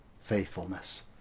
faithfulness